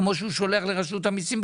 כמו שהוא שולח לרשות המיסים,